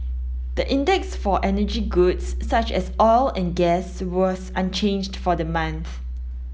the index for energy goods such as oil and gas was unchanged for the month